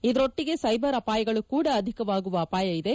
ಇದರೊಟ್ಟಿಗೆ ಸೈಬರ್ ಅಪಾಯಗಳು ಕೂಡ ಅಧಿಕವಾಗುವ ಅಪಾಯ ಇದೆ